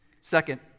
Second